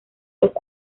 los